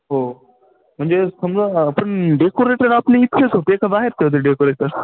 हो म्हणजे समजा आपण डेकोरेटर आपले इथचेच होते का बाहेरचे होते डेकोरेटर